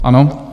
Ano.